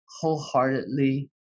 wholeheartedly